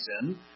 sin